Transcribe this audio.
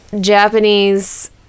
japanese